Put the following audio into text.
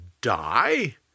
die